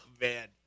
man